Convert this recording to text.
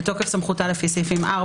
בתוקף סמכותה לפי סעיפים 4,